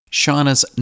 shauna's